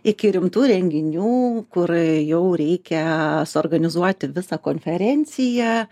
iki rimtų renginių kur jau reikia suorganizuoti visą konferenciją